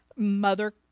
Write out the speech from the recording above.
mother